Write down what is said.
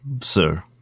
sir